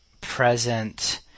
present